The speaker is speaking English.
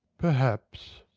perhaps.